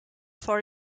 for